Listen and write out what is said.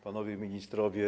Panowie Ministrowie!